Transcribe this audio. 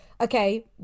okay